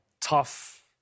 tough